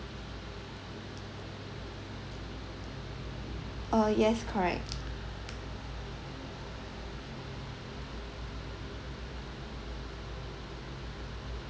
uh yes correct